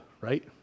right